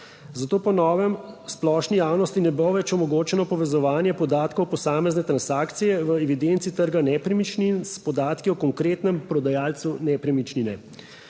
zato po novem splošni javnosti ne bo več omogočeno povezovanje podatkov posamezne transakcije v evidenci trga nepremičnin s podatki o konkretnem prodajalcu nepremičnine.